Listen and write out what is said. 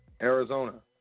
Arizona